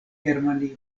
germanio